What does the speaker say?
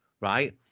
Right